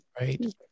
right